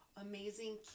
amazing